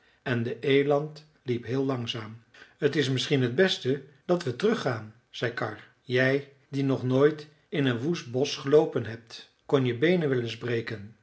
en de eland liep heel langzaam t is misschien t beste dat we teruggaan zei karr jij die nog nooit in een woest bosch geloopen hebt kon je beenen